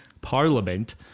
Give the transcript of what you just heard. Parliament